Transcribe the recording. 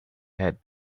had